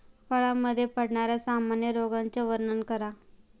फळांमध्ये पडणाऱ्या सामान्य रोगांचे वर्णन करा